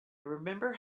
remember